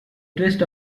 twist